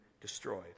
destroyed